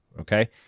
okay